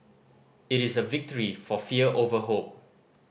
it is a victory for fear over hope